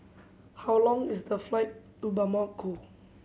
how long is the flight to Bamako